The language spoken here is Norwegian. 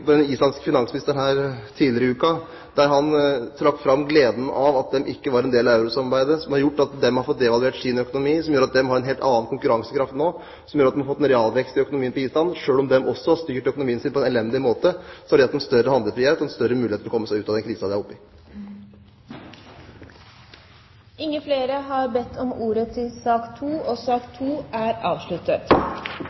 tidligere i uken, der han trakk fram gleden av at de ikke var en del av eurosamarbeidet. Det har gjort at de har fått devaluert sin økonomi, slik at de har en helt annen konkurransekraft nå, som gjør at de har fått en realvekst i økonomien på Island. Selv om de også har styrt økonomien sin på en elendig måte, har de hatt en større handlefrihet og en større mulighet til å komme seg ut av den krisen de er oppe i. Flere har ikke bedt om ordet til sak nr. 2. Etter ønske fra utenriks- og